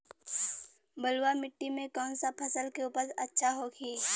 बलुआ मिट्टी में कौन सा फसल के उपज अच्छा होखी?